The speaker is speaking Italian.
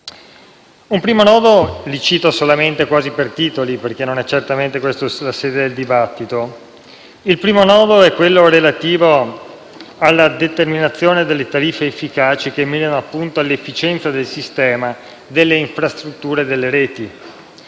Un primo nodo - li cito solamente, quasi per titoli, perché non è certamente questa la sede per un dibattito - è relativo alla determinazione delle tariffe efficaci che mirano, appunto, all'efficienza del sistema delle infrastrutture e delle reti.